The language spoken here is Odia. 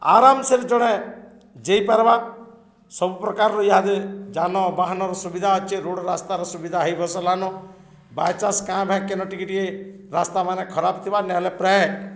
ଆରାମସେରେ ଜଣେ ଯାଇପାରବା ସବୁପ୍ରକାରର ଇହାଦେ ଯାନବାହାନର ସୁବିଧା ଅଛି ରୋଡ଼ ରାସ୍ତାର ସୁବିଧା ହେଇ ବସଲାନ ବାଏଚାନ୍ସ କାଁ ଭାଁ କେନ ଟିକେ ଟିକେ ରାସ୍ତା ମାନେ ଖରାପ ଥିବା ନହେଲେ ପ୍ରାୟ